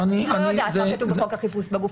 היא לא יודעת מה כתוב בחוק החיפוש בגוף.